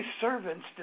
servants